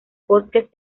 bosques